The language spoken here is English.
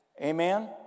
Amen